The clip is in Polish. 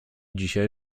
dzisiaj